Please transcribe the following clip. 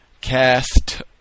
cast